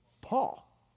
Paul